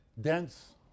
dense